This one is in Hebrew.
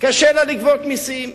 קשה לה לגבות מסים.